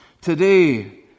Today